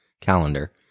calendar